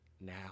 now